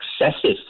excessive